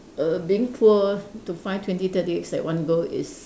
err being poor to find twenty thirty eggs at one go is